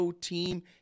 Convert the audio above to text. team